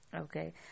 Okay